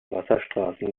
wasserstraßen